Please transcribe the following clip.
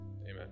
Amen